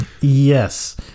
Yes